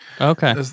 Okay